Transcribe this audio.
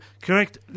Correct